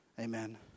Amen